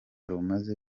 rumaze